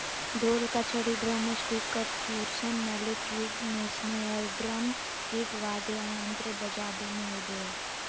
ढोल का छड़ी ड्रमस्टिकपर्क्यूशन मैलेट रूप मेस्नेयरड्रम किट वाद्ययंत्र बजाबे मे होबो हइ